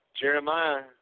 Jeremiah